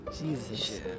Jesus